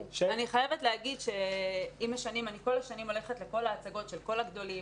אני כל השנים הולכת לכל ההצגות של כל הגדולים,